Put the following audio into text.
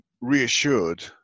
reassured